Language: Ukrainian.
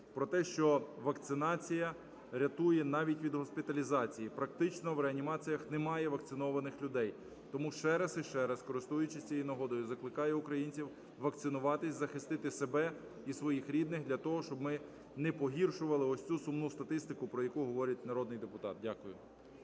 про те, що вакцинація рятує навіть від госпіталізації, практично в реанімаціях немає вакцинованих людей. Тому ще раз і ще раз, користуючись цією нагодою, закликаю українців вакцинуватись, захистити себе і своїх рідних для того, щоб ми не погіршували ось цю сумну статистику, про яку говорить народний депутат. Дякую.